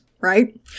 Right